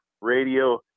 radio